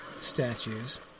statues